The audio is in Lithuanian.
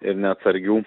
ir neatsargių